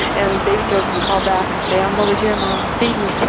and baby joe can call back and say, i'm over here, mom, feed me.